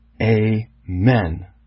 Amen